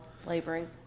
flavoring